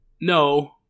No